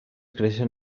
creixen